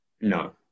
No